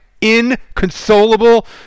inconsolable